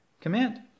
command